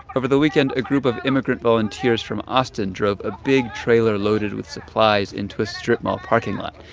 over the weekend, a group of immigrant volunteers from austin drove a big trailer loaded with supplies into a strip mall parking lot.